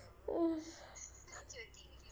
oh